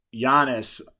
Giannis